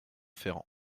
ferrand